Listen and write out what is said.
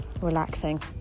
relaxing